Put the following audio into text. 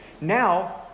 Now